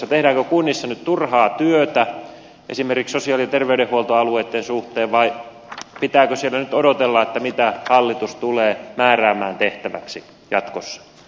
tehdäänkö kunnissa nyt turhaa työtä esimerkiksi sosiaali ja terveydenhuoltoalueitten suhteen vai pitääkö siellä nyt odotella mitä hallitus tulee määräämään tehtäväksi jatkossa